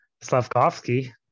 Slavkovsky